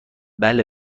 بله